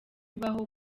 bibaho